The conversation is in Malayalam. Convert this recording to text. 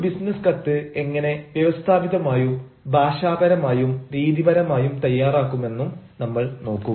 ഒരു ബിസിനസ് കത്ത് എങ്ങനെ വ്യവസ്ഥാപിതമായും ഭാഷാപരമായും രീതിപരമായും തയ്യാറാക്കുമെന്നും നമ്മൾ നോക്കും